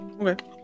Okay